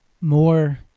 more